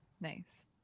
Nice